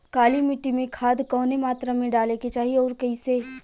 काली मिट्टी में खाद कवने मात्रा में डाले के चाही अउर कइसे?